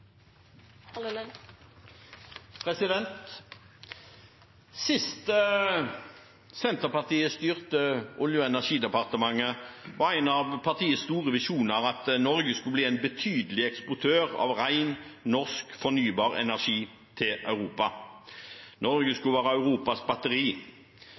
ytterligere. Sist Senterpartiet styrte Olje- og energidepartementet, var en av partiets store visjoner at Norge skulle bli en betydelig eksportør av ren norsk fornybar energi til Europa. Norge skulle være Europas batteri.